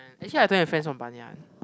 actually I don't have friends from Banyan